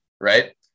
right